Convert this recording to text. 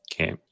Okay